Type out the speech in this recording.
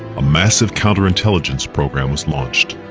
a massive counterintelligence program was launched.